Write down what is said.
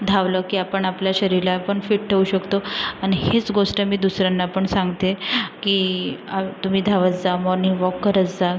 धावलो की आपण आपल्या शरीरला पण फिट ठेवू शकतो आणि हीच गोष्ट मी दुसऱ्यांना पण सांगते की तुम्ही धावत जा मॉर्निंग वॉक करत जा